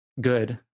good